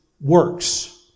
works